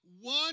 One